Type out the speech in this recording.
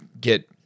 get